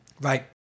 Right